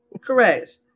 correct